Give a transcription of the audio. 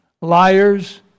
liars